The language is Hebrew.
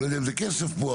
לא יודע אם זה כסף פה.